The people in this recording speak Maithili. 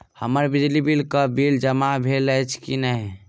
हम्मर बिजली कऽ बिल जमा भेल अछि की नहि?